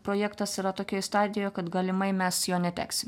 projektas yra tokioj stadijoj kad galimai mes jo neteksim